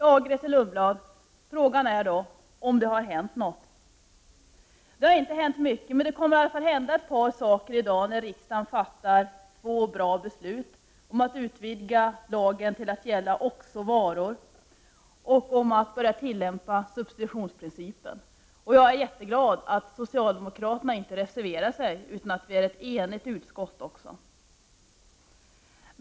Fru talman! Frågan är, Grethe Lundblad, om det har hänt något. Det har inte hänt mycket, men det kommer att hända ett par saker i dag när riksdagen fattar två bra beslut: att utvidga lagen till att också gälla varor och att börja tillämpa substitutionsprincipen. Jag är jätteglad över att socialdemokraterna inte reserverade sig, utan utskottet är enigt.